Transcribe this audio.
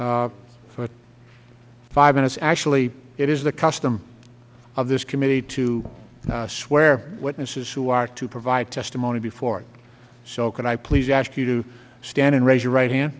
him for five minutes actually it is the custom of this committee to swear witnesses who are to provide testimony before it so could i please ask you to stand and raise your right hand